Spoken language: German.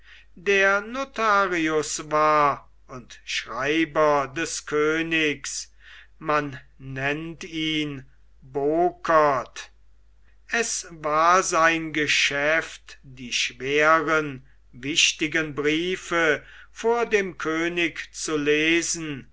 der notarius war und schreiber des königs man nennt ihn bokert es war sein geschäft die schweren wichtigen briefe vor dem könig zu lesen